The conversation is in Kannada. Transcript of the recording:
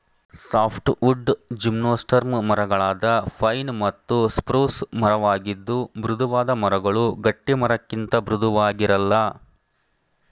ಸಾಫ್ಟ್ವುಡ್ ಜಿಮ್ನೋಸ್ಪರ್ಮ್ ಮರಗಳಾದ ಪೈನ್ ಮತ್ತು ಸ್ಪ್ರೂಸ್ ಮರವಾಗಿದ್ದು ಮೃದುವಾದ ಮರಗಳು ಗಟ್ಟಿಮರಕ್ಕಿಂತ ಮೃದುವಾಗಿರಲ್ಲ